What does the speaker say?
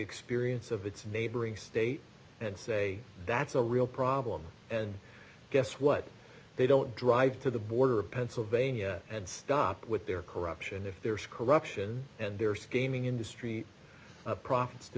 experience of its neighboring state and say that's a real problem and guess what they don't drive to the border of pennsylvania and stop with their corruption if there is corruption and there scheming industry profits to